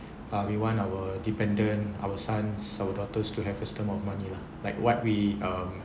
uh we want our dependant our sons our daughters to have certain amount of money lah like what we um